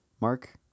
Mark